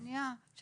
שנייה.